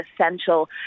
essential